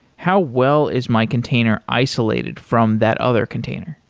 how well is my container isolated from that other container?